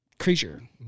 creature